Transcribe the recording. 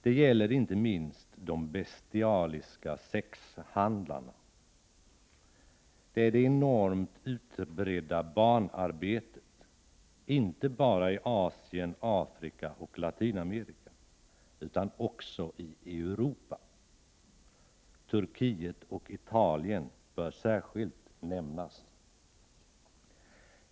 Det gäller inte minst de bestialiska sexhandlarna och det enormt utbredda barnarbetet, inte bara i Asien, Afrika och Latinamerika utan också i Europa. Turkiet och Italien bör särskilt nämnas.